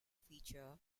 feature